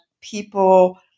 people